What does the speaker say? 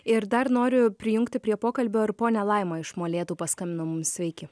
ir dar noriu prijungti prie pokalbio ir ponią laimą iš molėtų paskambino mums sveiki